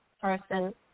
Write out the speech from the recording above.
person